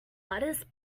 lettuce